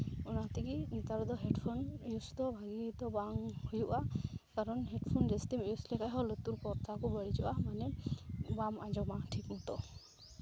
ᱚᱱᱟ ᱛᱮᱜᱮ ᱱᱮᱛᱟᱨ ᱫᱚ ᱦᱮᱰᱯᱷᱳᱱ ᱤᱭᱩᱥ ᱫᱚ ᱵᱷᱟᱹᱜᱤ ᱫᱚ ᱵᱟᱝ ᱦᱩᱭᱩᱜᱼᱟ ᱠᱟᱨᱚᱱ ᱦᱮᱰᱯᱷᱳᱱ ᱡᱟᱹᱥᱛᱤᱢ ᱤᱭᱩᱥ ᱞᱮᱠᱷᱟᱡ ᱦᱚᱸ ᱞᱩᱛᱩᱨ ᱯᱚᱨᱫᱟ ᱠᱚ ᱵᱟᱹᱲᱤᱡᱚᱜᱼᱟ ᱢᱟᱱᱮ ᱵᱟᱢ ᱟᱡᱚᱢᱟ ᱴᱷᱤᱠ ᱢᱚᱛᱚ